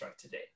today